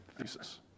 thesis